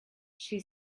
she